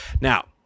Now